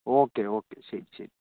okay okay ശരി ശരി